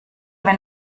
wenn